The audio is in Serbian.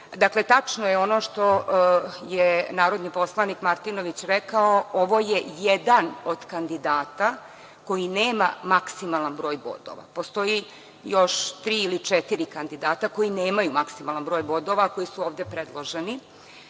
Dakle, tačno je ono što je narodni poslanik Martinović rekao. Ovo je jedan od kandidata koji nema maksimalan broj bodova. Postoji još tri ili četiri kandidata koji nemaju maksimalan broj bodova, a koji su ovde predloženi.